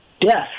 death